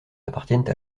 appartiennent